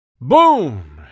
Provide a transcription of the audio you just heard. BOOM